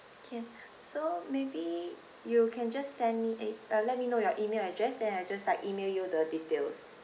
can so maybe you can just send me a uh let me know your email address then I'll just like email you the details